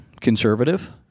conservative